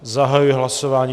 Zahajuji hlasování.